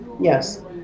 Yes